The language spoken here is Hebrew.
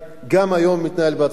גם היום הוא מתנהל בעצלתיים.